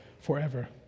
forever